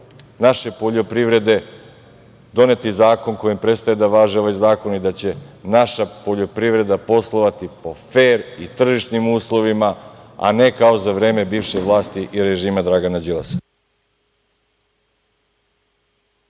naše poljoprivrede doneti zakon kojim prestaje da važi ovaj zakon, i da će naša poljoprivreda poslovati po fer i tržišnim uslovima, a ne kao za vreme bivše vlasti i režima Dragana Đilasa.